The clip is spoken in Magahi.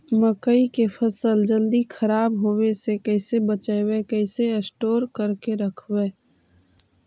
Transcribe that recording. मकइ के फ़सल के जल्दी खराब होबे से कैसे बचइबै कैसे स्टोर करके रखबै?